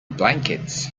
blankets